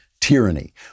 tyranny